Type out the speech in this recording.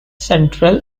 central